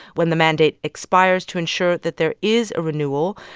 when the mandate expires, to ensure that there is a renewal.